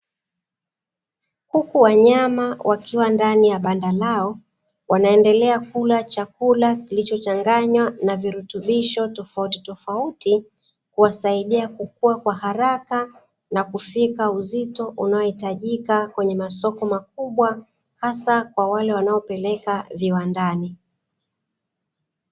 Kuku wa nyama wakiwa ndani ya banda lao wanaendelea kula chakula kilichochanganywa na virutubisho tofautitofauti, kuwasaidia kukua kwa haraka na kufika uzito unaohitajika kwenye masoko makubwa, hasa kwa wale wanaopelekwa viwandani.